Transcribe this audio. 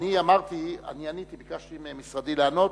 אני ביקשתי ממשרדי לענות